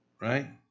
Right